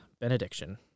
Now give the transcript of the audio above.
benediction